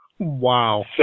Wow